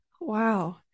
Wow